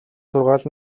сургаал